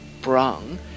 brown